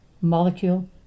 molecule